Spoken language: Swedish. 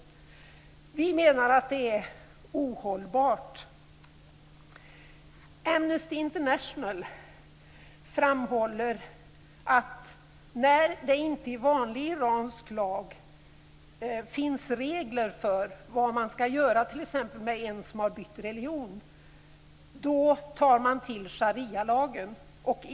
Vi menar att det är ohållbart. Amnesty International framhåller att när det inte i vanlig iransk lag finns regler för vad man skall göra med någon som t.ex. har bytt religion tar man till Sharia-lagen.